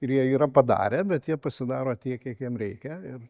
ir jie yra padarę bet jie pasidaro tiek kiek jiem reikia ir